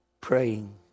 praying